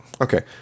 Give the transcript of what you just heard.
okay